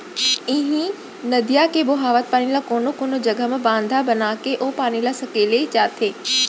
इहीं नदिया के बोहावत पानी ल कोनो कोनो जघा म बांधा बनाके ओ पानी ल सकेले जाथे